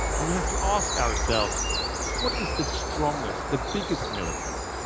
and we have to ask ourselves what is the strongest, the biggest military?